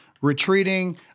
retreating